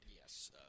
Yes